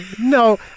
no